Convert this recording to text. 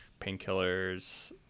painkillers